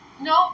No